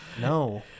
no